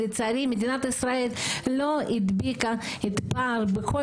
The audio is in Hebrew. לצערי מדינת ישראל לא הדביקה את הפער בכל